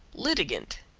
litigant,